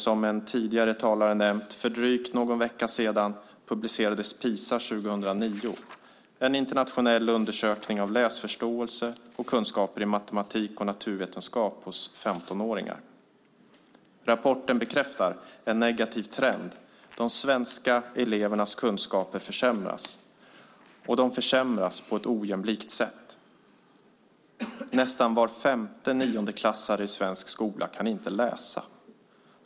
Som en tidigare talare nämnt publicerades för drygt en vecka sedan PISA 2009, en internationell undersökning av läsförståelse och kunskaper i matematik och naturvetenskap hos 15-åringar. Rapporten bekräftar en negativ trend: De svenska elevernas kunskaper försämras, och de försämras på ett ojämlikt sätt. Nästan var femte niondeklassare i svensk skola kan inte läsa.